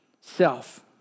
self